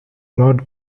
not